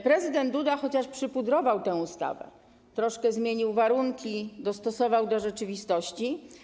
Prezydent Duda chociaż przypudrował tę ustawę, troszkę zmienił warunki, dostosował do rzeczywistości.